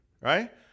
Right